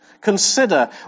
Consider